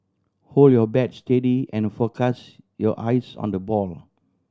hold your bat steady and focus your eyes on the ball